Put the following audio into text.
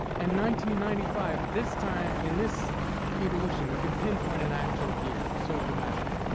and ninety ninety five, this time, in this evolution, we can pinpoint an actual year. we're so dramatic.